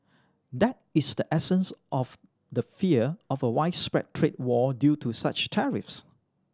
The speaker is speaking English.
that is the essence of the fear of a widespread trade war due to such tariffs